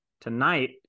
Tonight